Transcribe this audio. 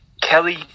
Kelly